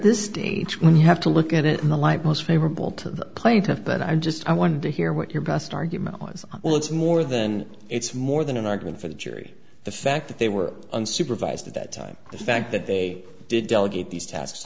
this stage when you have to look at it in the light most favorable to the plaintiff but i'm just i wanted to hear what your best argument was well it's more than it's more than an argument for the jury the fact that they were unsupervised at that time the fact that they did delegate these t